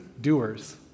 doers